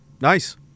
Nice